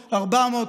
300,000,